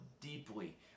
deeply